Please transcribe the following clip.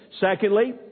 Secondly